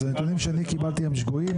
אז הנתונים שאני קיבלתי הם שגויים.